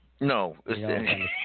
No